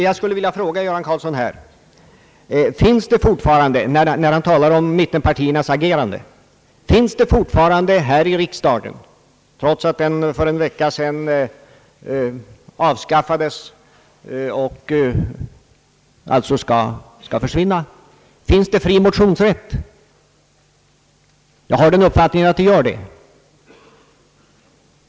Jag skulle vilja fråga herr Göran Karlsson när han talar om mittenpartiernas »agerande»: Finns det fortfarande fri motionsrätt här i kammaren, trots att vi ju i förra veckan beslöt avskaffa tvåkammarsystemet? Jag har den uppfattningen att så är fallet.